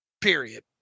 Period